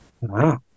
wow